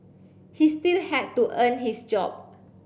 he still had to earn his job